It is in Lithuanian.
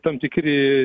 tam tikri